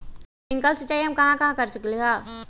Sprinkle सिंचाई हम कहाँ कहाँ कर सकली ह?